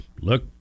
Look